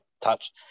touch